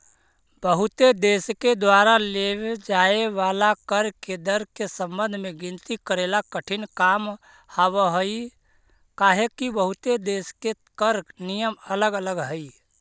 बहुते देश के द्वारा लेव जाए वाला कर के दर के संबंध में गिनती करेला कठिन काम हावहई काहेकि बहुते देश के कर नियम अलग अलग हई